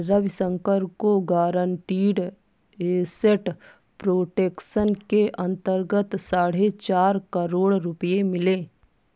रविशंकर को guaranteed asset protection के अंतर्गत साढ़े चार करोड़ रुपये मिले